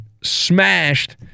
smashed